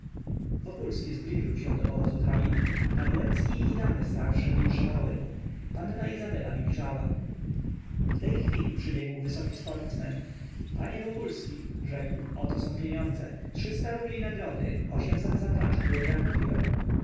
wokulski zbliżył się do powozu hrabiny pan łęcki i damy starsze winszowały mu panna izabela milczała w tej chwili przybiegł wysoki sportsmen panie wokulski rzekł oto są pieniądze trzysta rubli nagrody ośmset za klacz którą ja kupiłem